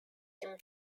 him